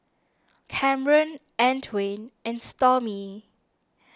Kamron Antwain and Stormy